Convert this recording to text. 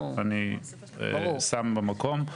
אני שם במקום,